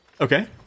Okay